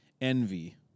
envy